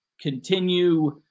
continue